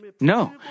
No